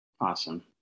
Awesome